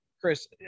Chris